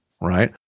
right